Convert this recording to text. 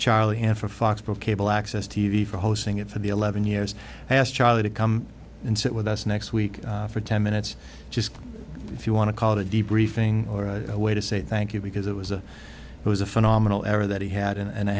charlie and for fox but cable access t v for hosting it for the eleven years i asked charlie to come and sit with us next week for ten minutes just if you want to call it a deep briefing or a way to say thank you because it was a it was a phenomenal era that he had an